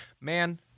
man